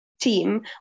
team